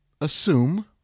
assume